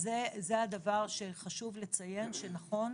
זה הדבר שחשוב לציין, שנכון,